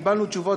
קיבלנו תשובות,